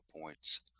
points